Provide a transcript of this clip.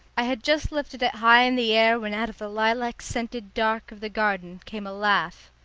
i had just lifted it high in the air when out of the lilac-scented dark of the garden came a laugh.